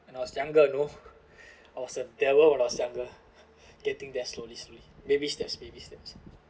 and I was younger you know I was the devil when I was younger getting there slowly slowly baby steps baby steps